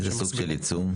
איזה סוג של עיצום?